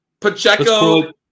Pacheco